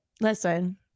Listen